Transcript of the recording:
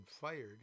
fired